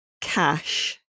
cash